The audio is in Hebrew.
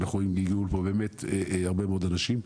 ואנחנו רואים שהגיעו לפה באמת הרבה מאוד אנשים,